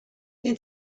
gen